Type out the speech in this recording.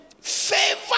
favor